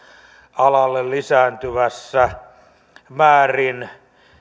alalle lisääntyvässä määrin